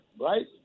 right